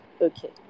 Okay